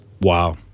Wow